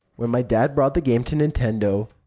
when my dad brought the game to nintendo,